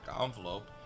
envelope